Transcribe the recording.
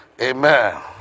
Amen